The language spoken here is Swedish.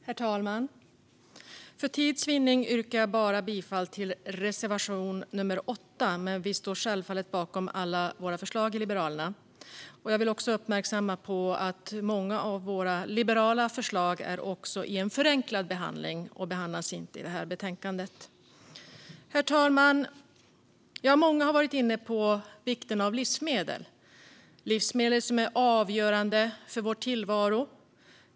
Herr talman! För tids vinnande yrkar jag bifall endast till reservation nummer 8, men vi i Liberalerna står självfallet bakom alla våra förslag. Jag vill uppmärksamma att många av våra liberala förslag är i en förenklad behandling och alltså inte behandlas i betänkandet. Herr talman! Många har varit inne på vikten av livsmedel. Livsmedel är avgörande för vår tillvaro.